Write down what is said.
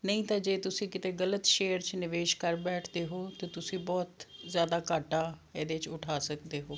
ਨਹੀਂ ਤਾਂ ਜੇ ਤੁਸੀਂ ਕਿਤੇ ਗਲਤ ਸ਼ੇਅਰ 'ਚ ਨਿਵੇਸ਼ ਕਰ ਬੈਠਦੇ ਹੋ ਤਾਂ ਤੁਸੀਂ ਬਹੁਤ ਜ਼ਿਆਦਾ ਘਾਟਾ ਇਹਦੇ 'ਚ ਉਠਾ ਸਕਦੇ ਹੋ